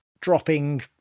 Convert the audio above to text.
dropping